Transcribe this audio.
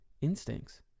instincts